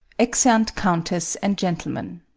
exeunt countess and gentlemen